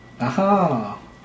Aha